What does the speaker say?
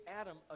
Adam